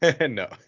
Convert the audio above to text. No